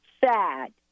sad